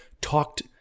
talked